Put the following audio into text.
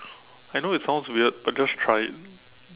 I know it sounds weird but just try it